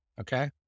Okay